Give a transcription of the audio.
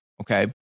okay